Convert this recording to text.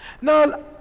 Now